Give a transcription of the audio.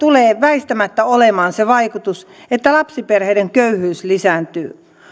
tulee väistämättä olemaan se vaikutus että lapsiperheiden köyhyys lisääntyy